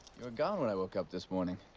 gone when i woke up this morning.